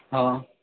हां